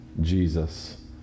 Jesus